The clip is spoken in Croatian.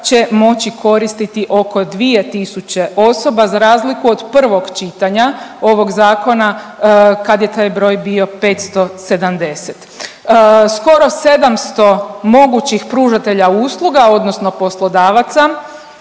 će moći koristiti oko 2 tisuće osoba za razliku od prvog čitanja ovoga Zakona kada je taj broj bio 570. Skoro 700 mogućih pružatelja usluga odnosno poslodavaca